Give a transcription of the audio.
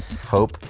hope